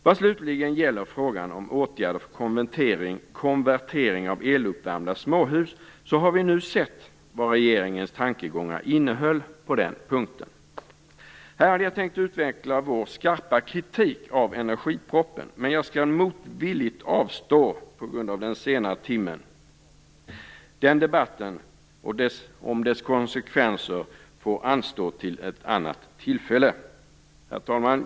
Vad slutligen gäller frågan om åtgärder för konvertering av eluppvärmda småhus har vi nu sett vad regeringens tankegångar innehöll på den punkten. Här hade jag tänkt utveckla vår skarpa kritik av energipropositionen. Men jag skall motvilligt avstå på grund av den sena timmen. Debatten om dess konsekvenser får anstå till ett annat tillfälle. Herr talman!